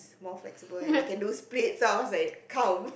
more flexible and I can do splits so I was like come